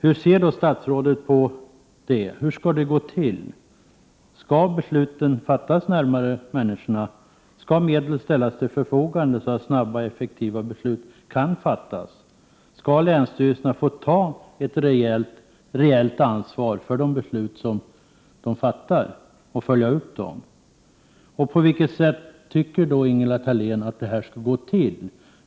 Hur ser statsrådet på detta? Hur skall det gå till? Skall besluten fattas närmare människorna? Skall medel ställas till förfogande så att snabba och effektiva beslut kan fattas? Skall länsstyrelserna få ta ett reellt ansvar för de beslut som de fattar och följa upp dem? Hur anser Ingela Thalén att detta skall gå till?